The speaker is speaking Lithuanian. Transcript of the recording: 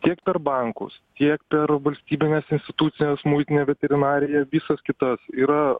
tiek per bankus tiek per valstybines institucijas muitinę veterinariją visas kitas yra